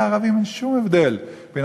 אין כאן